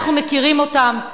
אנחנו מכירים אותם.